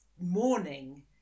morning